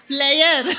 Player